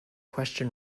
question